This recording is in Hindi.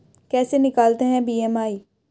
कैसे निकालते हैं बी.एम.आई?